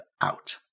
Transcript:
out